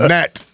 Nat